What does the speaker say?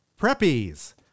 Preppies